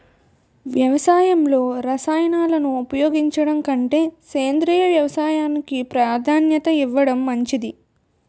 వ్యవసాయంలో రసాయనాలను ఉపయోగించడం కంటే సేంద్రియ వ్యవసాయానికి ప్రాధాన్యత ఇవ్వడం మంచిది